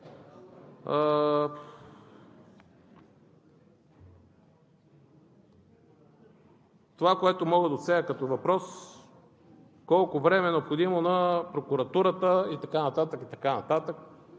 Това, което мога да отсея като въпрос – колко време е необходимо на прокуратурата и така нататък. Мисля,